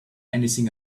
anything